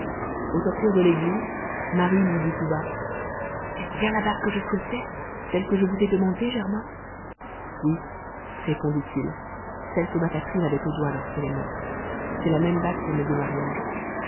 au sortir de l'église marie lui dit tout bas est-ce bien la bague que je souhaitais celle que je vous ai demandée germain oui répondit-il celle que ma catherine avait au doigt lorsqu'elle est morte c'est la même bague pour mes deux mariages